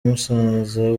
musaza